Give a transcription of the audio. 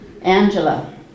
Angela